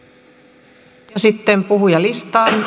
ja sitten puhujalistaan